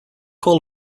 call